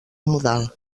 modal